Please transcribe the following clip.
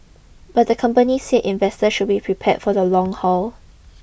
but the company said investors should be prepared for the long haul